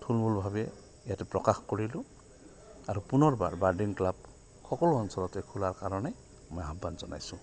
থুলমূলভাৱে ইয়াতে প্ৰকাশ কৰিলোঁ আৰু পুনৰবাৰ বাৰ্ডিং ক্লাব সকলো অঞ্চলতে খোলাৰ কাৰণে মই আহ্বান জনাইছোঁ